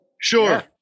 Sure